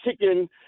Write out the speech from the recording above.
Chicken